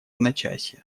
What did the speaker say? одночасье